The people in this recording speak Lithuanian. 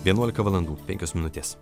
vienuolika valandų penkios minutės